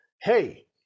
hey